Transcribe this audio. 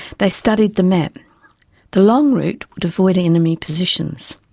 they studied the map the long route would avoid enemy positions.